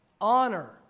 Honor